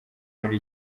muri